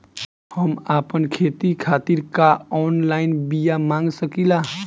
हम आपन खेती खातिर का ऑनलाइन बिया मँगा सकिला?